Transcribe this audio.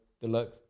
Deluxe